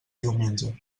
diumenge